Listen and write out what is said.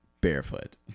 barefoot